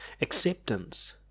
Acceptance